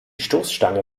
stoßstange